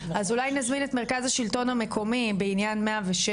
אז אולי נזמין את מרכז השלטון המקומי, בעניין 106,